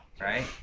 Right